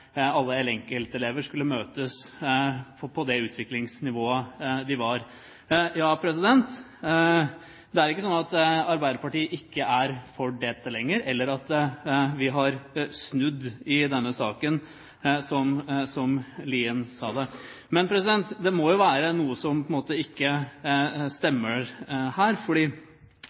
alle enkeltelever skulle møtes på det utviklingsnivået de var. Det er ikke slik at Arbeiderpartiet ikke er for dette lenger, eller at vi har snudd i denne saken, som Lien sa. Men det må jo være noe som på en måte ikke stemmer her.